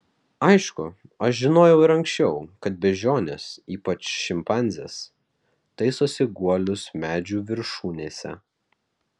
aišku aš žinojau ir anksčiau kad beždžionės ypač šimpanzės taisosi guolius medžių viršūnėse